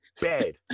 bad